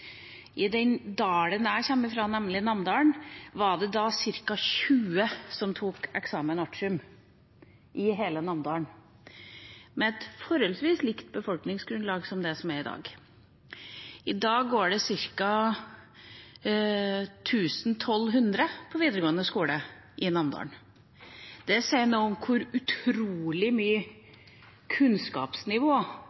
i den dalen jeg kommer fra, nemlig Namdalen, var det ca. 20 som tok examen artium, i hele Namdalen, med et befolkningsgrunnlag forholdsvis likt det som er i dag. I dag går 1 000–1 200 på videregående skole i Namdalen. Det sier noe om hvor utrolig mye